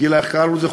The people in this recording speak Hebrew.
גילה, איך קראנו לזה?